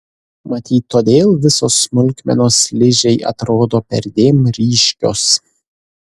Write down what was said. matyt todėl visos smulkmenos ližei atrodo perdėm ryškios